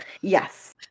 Yes